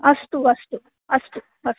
अस्तु अस्तु अस्तु अस्तु